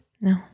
No